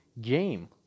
game